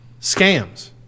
scams